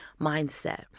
mindset